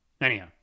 Anyhow